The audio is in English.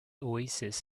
oasis